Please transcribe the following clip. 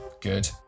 good